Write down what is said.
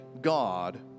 God